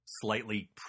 Slightly